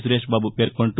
సురేష్బాబు పేర్కొంటూ